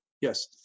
Yes